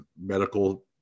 medical